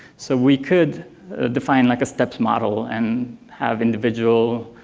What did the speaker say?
so we could define like a steps model and have individual